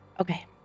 Okay